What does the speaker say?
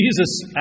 Jesus